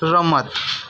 રમત